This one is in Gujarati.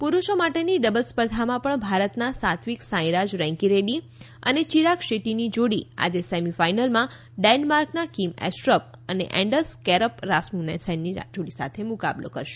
પૂરૂષો માટેની ડબલ્સ સ્પર્ધામાં પણ ભારતના સાત્વિક સાંઇરાજ રેન્કીરેડ્ડી અને ચિરાગ શેટ્ટીની જોડી આજે સેમીફાઇનલમાં ડેન્માર્કના કીમ એસ્ પ અને એન્ડર્સ સ્કેરપ રાસ્મુસેનની જોડી સાથે મુકાબલો થશે